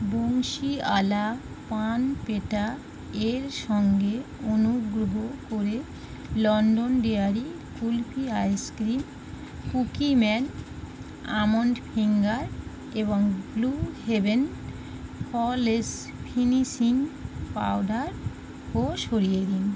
বংশীওয়ালা পান পেঠা এর সঙ্গে অনুগ্রহ করে Londonderry kulfi ice cream Cookieman almond finger এবং blue heaven flawless finishing powder ও সরিয়ে দিন